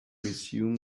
resume